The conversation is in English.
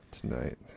tonight